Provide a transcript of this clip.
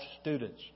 students